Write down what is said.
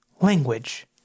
language